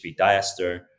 diester